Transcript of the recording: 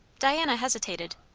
diana hesitated.